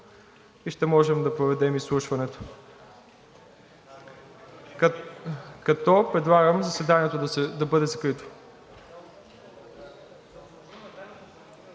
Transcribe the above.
и ще можем да проведем изслушването, като предлагам заседанието да бъде закрито.